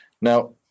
Now